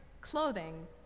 clothing